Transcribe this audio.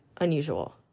unusual